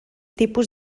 tipus